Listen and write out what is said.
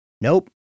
Nope